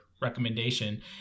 Recommendation